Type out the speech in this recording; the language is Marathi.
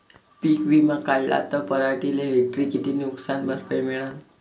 पीक विमा काढला त पराटीले हेक्टरी किती नुकसान भरपाई मिळीनं?